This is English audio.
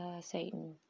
Satan